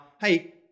hey